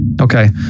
Okay